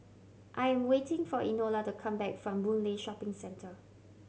I am waiting for Enola to come back from Boon Lay Shopping Centre